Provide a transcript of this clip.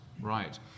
right